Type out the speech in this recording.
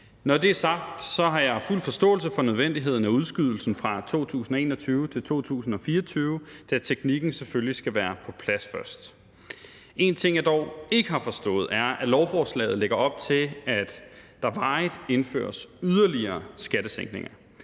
Når det er sagt, har jeg fuld forståelse for nødvendigheden af udskydelsen fra 2021 til 2024, da teknikken selvfølgelig skal være på plads først. En ting, jeg dog ikke har forstået, er, at lovforslaget lægger op til, at der varigt indføres yderligere skattesænkninger.